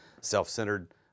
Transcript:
self-centered